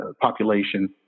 population